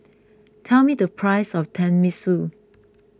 tell me the price of Tenmusu